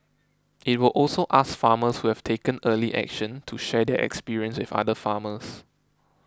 it will also ask farmers who have taken early action to share their experience with other farmers